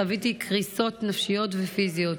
חוויתי קריסות נפשיות ופיזיות,